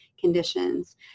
conditions